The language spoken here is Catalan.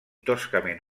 toscament